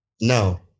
now